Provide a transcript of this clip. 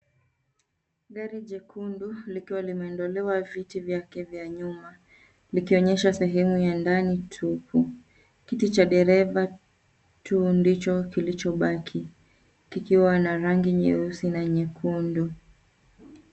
Gari jekundu likiwa limeondolewa viti vyake vya nyuma likionyesha sehemu yake ndani tupu ,kiti cha dereva tu ndicho kilichobaki kikiwa na rangi nyeusi na nyekundu.